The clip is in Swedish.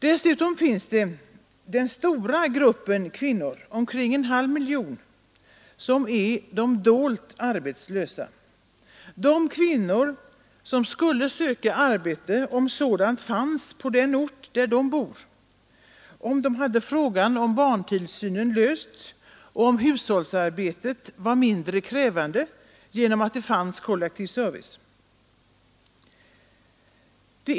Dessutom finns den stora gruppen kvinnor — omkring en halv miljon — som är dolt arbetslösa, dvs. de kvinnor som skulle söka arbete om sådant fanns på den ort där de bor, om de hade frågan om barntillsynen löst och om hushållsarbetet var mindre krävande genom tillgång till kollektiv service.